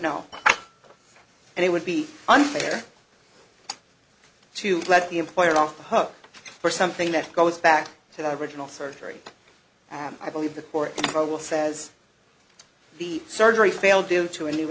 know and it would be unfair to let the employer off the hook for something that goes back to the original surgery and i believe the court says the surgery failed due to a new